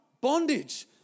bondage